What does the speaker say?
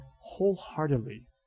wholeheartedly